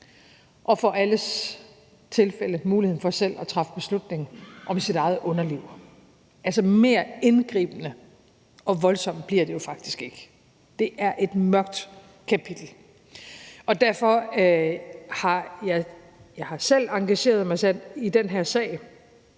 og for alles vedkommende muligheden for selv at træffe beslutning om sit eget underliv. Mere indgribende og voldsomt bliver det jo faktisk ikke. Det er et mørkt kapitel. Derfor har jeg selv engageret mig i den her sag.